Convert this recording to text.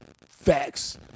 Facts